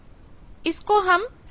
किसको हम CP की मदद से करते हैं